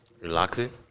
Relaxing